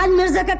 um mirza?